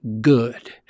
good